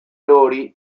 laurie